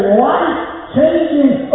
life-changing